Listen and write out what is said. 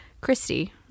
Christy